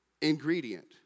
ingredient